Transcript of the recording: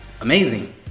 amazing